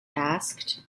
asked